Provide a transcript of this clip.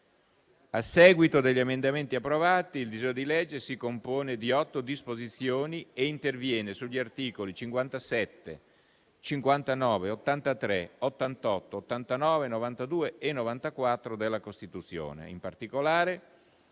A seguito degli emendamenti approvati, il disegno di legge si compone di otto disposizioni e interviene sugli articoli 57, 59, 83, 88, 89, 92 e 94 della Costituzione. In particolare